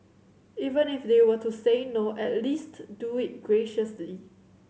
even if they were to say no at least do it graciously